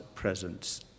Presence